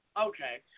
Okay